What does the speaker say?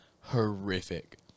horrific